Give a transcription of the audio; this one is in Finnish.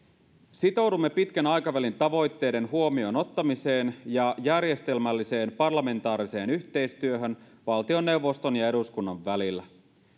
sitoudumme pitkän aikavälin tavoitteiden huomioon ottamiseen ja järjestelmälliseen parlamentaariseen yhteistyöhön valtioneuvoston ja eduskunnan välillä